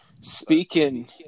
Speaking